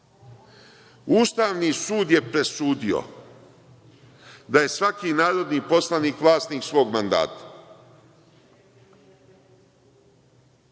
Ustavni sud je presudio da je svaki narodni poslanik vlasnik svog mandata,